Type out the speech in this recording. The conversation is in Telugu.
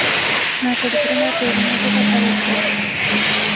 నా కొడుకులు నా పేరి మీద కట్ట వచ్చా?